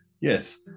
Yes